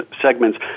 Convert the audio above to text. segments